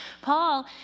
Paul